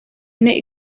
ine